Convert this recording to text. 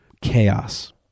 chaos